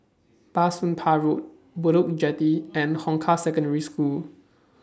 Bah Soon Pah Road Bedok Jetty and Hong Kah Secondary School